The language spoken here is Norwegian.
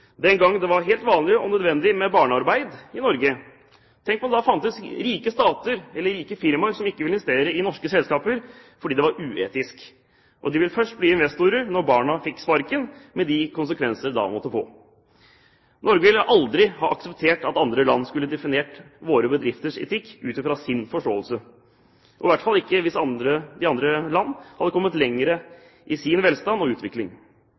den gang det var helt vanlig og nødvendig med barnearbeid i Norge: Tenk om det da fantes rike stater eller rike firmaer som ikke ville investere i norske selskaper fordi det var uetisk. Og de ville først bli investorer når barna fikk sparken, med de konsekvenser det da måtte få. Norge ville aldri ha akseptert at andre land skulle definere våre bedrifters etikk ut fra sin forståelse – i hvert fall ikke hvis de andre landene hadde kommet lenger i sin velstand